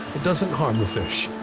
it doesn't harm the fish,